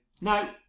Now